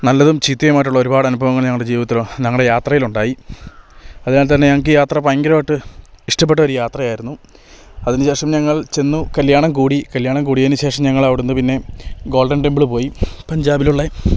നല്ലതും ചീത്തയുമായിട്ടുള്ള ഒരുപാട് അനുഭവങ്ങൾ ഞങ്ങളുടെ ജീവിതത്തിലൊ ഞങ്ങളുടെ യാത്രയിലുണ്ടായി അതിനാൽ താന്നെ ഞങ്ങൾക്ക് യാത്ര ഭയങ്കരമായിട്ട് ഇഷ്ടപ്പെട്ടൊരു യാത്രയായിരുന്നു അതിനു ശേഷം ഞങ്ങൾ ചെന്നു കല്ല്യാണം കൂടി കല്ല്യാണം കൂടിയതിന് ശേഷം ഞങ്ങൾ അവിടെ നിന്ന് പിന്നെ ഗോൾഡൻ ടെമ്പിള് പോയി പഞ്ചാബിലുള്ളെ